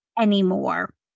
Anymore